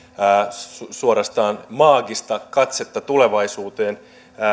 suorastaan maagista katsetta tulevaisuuteen